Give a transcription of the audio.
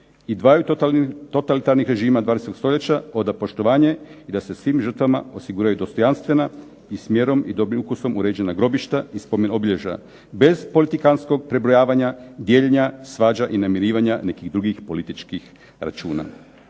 i dvaju totalitarnih režima 20. stoljeća oda poštovanje i da se svim žrtvama osiguraju dostojanstvena i s mjerom i dobrim ukusom uređena grobišta i spomen obilježja bez politikanskog prebrojavanja, dijeljenja svađa i namirivanja nekih drugih političkih računa.